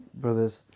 brothers